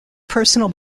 personal